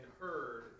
heard